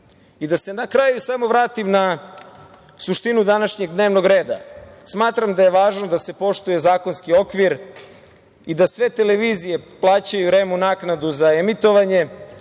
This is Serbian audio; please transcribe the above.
se na kraju samo vratim na suštinu današnjeg dnevnog reda. Smatram da je važno da se poštuje zakonski okvir i da sve televizije plaćaju REM-u naknadu za emitovanje,